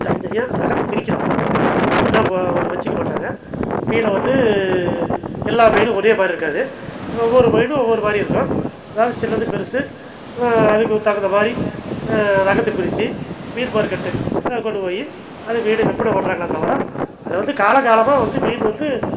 தனித்தனியாக ரகத்தை பிரிக்கிறோம் ஒன்றா வச்சிக்க மாட்டாங்க மீனை வந்து எல்லா மீனும் ஒரே மாதிரி இருக்காது ஒவ்வொரு மீனும் ஒவ்வொரு மாதிரி இருக்கும் அதாவது சின்னது பெருசு அதுக்குத் தகுந்த மாதிரி ரகத்தை பிரித்து மீன் மார்கெட்டு கொண்டு போய் அந்த மீனை விற்பனை பண்றாங்களே தவிர அதை வந்து காலம் காலமாக வந்து மீன் வந்து